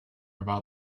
about